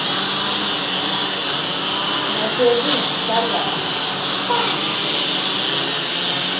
नमस्ते दीदी केह् हाल चाल ऐ